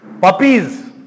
puppies